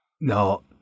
No